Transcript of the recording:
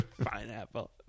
Pineapple